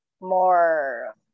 more